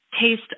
taste